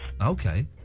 Okay